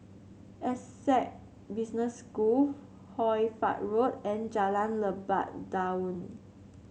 Essec Business School Hoy Fatt Road and Jalan Lebat Daun